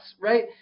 Right